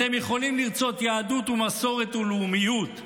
אתם יכולים לרצות יהדות ומסורת ולאומיות,